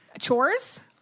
chores